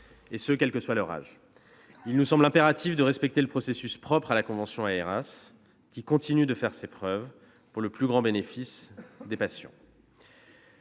malades, quel que soit leur âge. Il nous semble impératif de respecter le processus propre à la convention AERAS, qui continue de faire ses preuves, pour le plus grand bénéfice des patients.